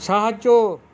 সাহায্য